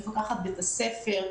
מפקחת בית הספר,